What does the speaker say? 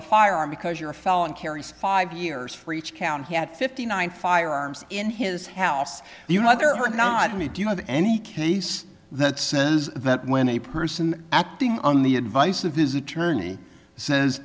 a firearm because you're a felon carries five years for each count he had fifty nine firearms in his house you know there are not me do you have any case that says that when a person acting on the advice of his attorney says